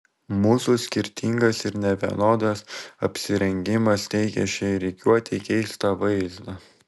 mūsų skirtingas ir nevienodas apsirengimas teikė šiai rikiuotei keistą vaizdą